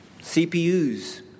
CPUs